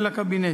של הקבינט.